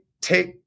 take